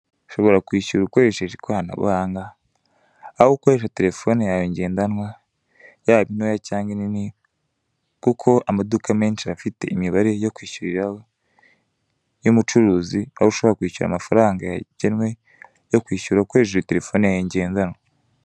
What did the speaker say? Ushobora kwishyura ukoresheje ikoranabuhanga, aho ukoresha terefone yawe ngendanwa yaba intoya cyangwa inini, kuko amaduka menshi aba afite imibare yo kwishyuriraho y'umucuruzi. Aho ushobora kwishyura amafaranga yagenwe no kwishyura ukoresheje terefone yawe ngendanwa.